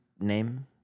name